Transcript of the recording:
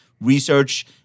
research